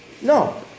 No